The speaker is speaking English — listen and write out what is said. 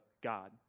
God